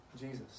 Jesus